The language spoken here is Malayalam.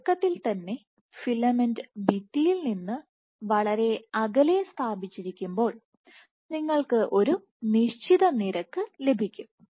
തുടക്കത്തിൽ തന്നെ ഫിലമെന്റ് ഭിത്തിയിൽ നിന്ന് വളരെ അകലെ സ്ഥാപിച്ചിരിക്കുമ്പോൾ നിങ്ങൾക്ക് ഒരു നിശ്ചിത നിരക്ക് ലഭിക്കും